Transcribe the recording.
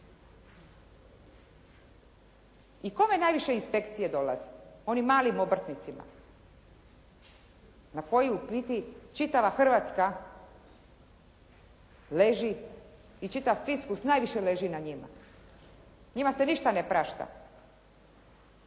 I kome najviše inspekcije dolazi? Onim malim obrtnicima, na kojem u biti čitava Hrvatska leži i čitav fiskus najviše leži na njima. Njima se ništa ne prašta.